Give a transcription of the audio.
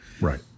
right